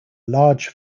large